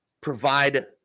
provide